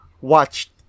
watched